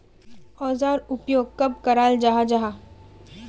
औजार उपयोग कब कराल जाहा जाहा?